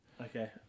Okay